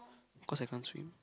cause I can't swim